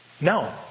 No